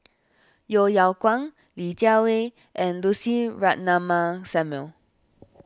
Yeo Yeow Kwang Li Jiawei and Lucy Ratnammah Samuel